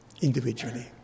Individually